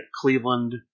Cleveland